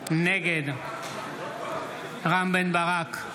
נגד רם בן ברק,